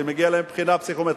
שמגיעה להם בחינה פסיכומטרית.